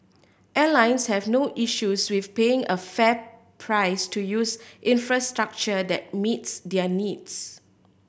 airlines have no issues with paying a fair price to use infrastructure that meets their needs